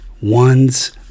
one's